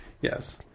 Yes